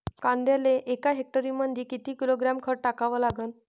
कांद्याले एका हेक्टरमंदी किती किलोग्रॅम खत टाकावं लागन?